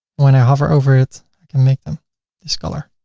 when i hover over it, i can make them this color.